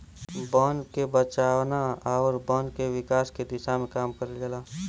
बन के बचाना आउर वन विकास के दिशा में काम करल जाला